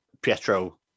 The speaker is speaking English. Pietro